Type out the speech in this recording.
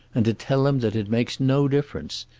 and to tell him that it makes no difference.